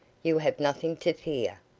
you have nothing to fear.